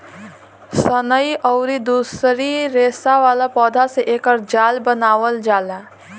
सनई अउरी दूसरी रेसा वाला पौधा से एकर जाल बनावल जाला